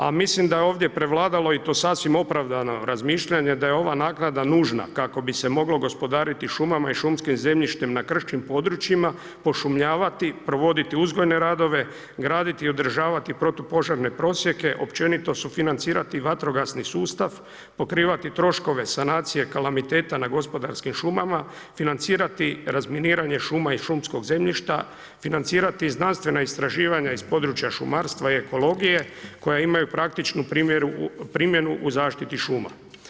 A mislim da je ovdje prevladalo i to sasvim opravdano razmišljanje da je ova naknada nužna kako bi se moglo gospodariti šumama i šumskim zemljištem na krškim područjima, pošumljavati, provoditi uzgojne radove, graditi i održavati protupožarne prosjeke, općenito sufinancirati vatrogasni sustav, pokrivati troškove sanacije kalamiteta na gospodarskim šumama, financirati razminiranje šuma i šumskog zemljišta, financirati znanstvena istraživanja iz područja šumarstva i ekologije koji imaju praktičnu primjenu u zaštiti šuma.